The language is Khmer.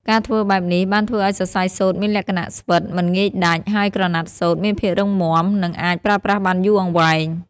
ការធ្វើបែបនេះ បានធ្វើឱ្យសរសៃសូត្រមានលក្ខណៈស្វិត មិនងាយដាច់ ហើយក្រណាត់សូត្រមានភាពរឹងមាំនិងអាចប្រើប្រាស់បានយូរអង្វែង។